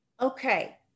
Okay